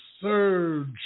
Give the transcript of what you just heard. surge